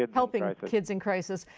um helping kids in crisis.